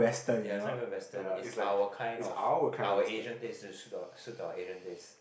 ya is not even Western is our kind of our Asian taste suit to our Asian taste